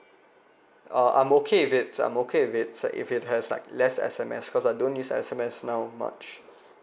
uh I'm okay with it I'm okay with it if it has like less S_M_S cause I don't use S_M_S now much